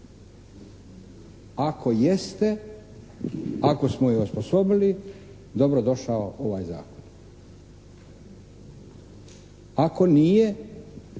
Ako jeste, ako smo je osposobili dobro došao ovaj zakon. Ako nije,